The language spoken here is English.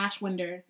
Ashwinder